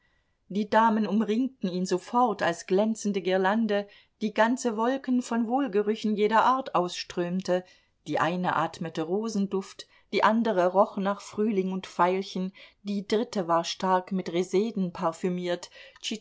die damen umringten ihn sofort als glänzende girlande die ganze wolken von wohlgerüchen jeder art ausströmte die eine atmete rosenduft die andere roch nach frühling und veilchen die dritte war stark mit reseden parfümiert